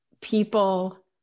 people